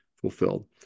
fulfilled